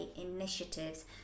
initiatives